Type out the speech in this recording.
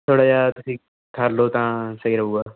ਥੋੜ੍ਹਾ ਜਿਹਾ ਤੁਸੀਂ ਕਰ ਲਓ ਤਾਂ ਸਹੀ ਰਹੂਗਾ